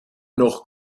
noch